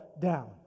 down